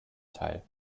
teil